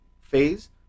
phase